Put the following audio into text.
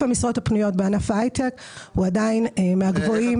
היקף המשרות הפנויות בענף ההייטק הוא עדיין מהגבוהים במידע ותקשורת.